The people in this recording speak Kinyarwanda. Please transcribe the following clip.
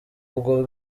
ubwo